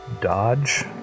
dodge